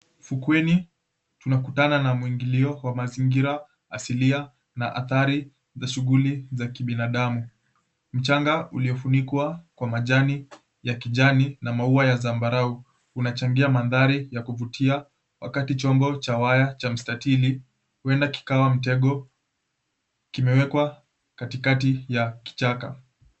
Fukweni, tunakutana na mwingilio wa mazingira asilia na athari za shughuli za kibinadamu. Mchanga uliofunikwa kwa majani ya kijani na maua ya zambarau, unachangia mandhari ya kuvutia, wakati chombo cha waya cha mstatili, huenda kikawa mtego kimewekwa katikati ya kichaka.